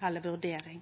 vurdering.